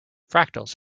fractals